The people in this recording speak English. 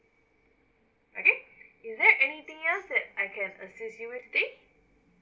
okay is that anything else that I can assist you with today